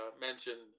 mentioned